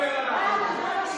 למה,